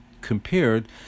compared